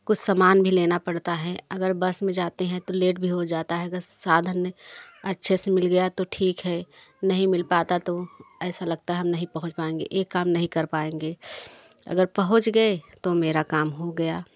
कुछ समान भी लेना पड़ता है अगर बस में जाते हैं तो लेट भी हो जाता है अगस साधन अच्छे से मिल गया तो ठीक है नहीं मिल पाता तो ऐसा लगता हम नहीं पहुँच पाएंगे एक काम नहीं कर पाएंगे अगर पहुँच गए तो मेरा काम हो गया